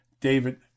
David